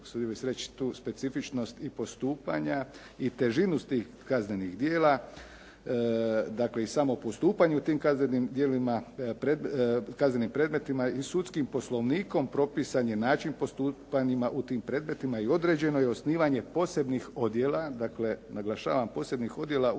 bih se reći tu specifičnost i postupanja i težinu tih kaznenih djela, dakle i samo postupanje u tim kaznenim predmetima i sudskim poslovnikom propisan je način postupanja u tim predmetima i određeno je osnivanje posebnih odjela, dakle naglašavam posebnih odjela u